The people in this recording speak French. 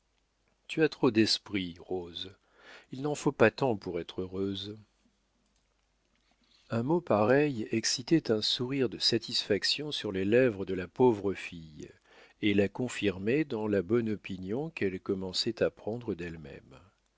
tu as trop d'esprit rose il n'en faut pas tant pour être heureuse un mot pareil excitait un sourire de satisfaction sur les lèvres de la pauvre fille et la confirmait dans la bonne opinion qu'elle commençait à prendre d'elle-même